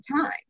time